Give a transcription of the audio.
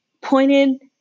pointed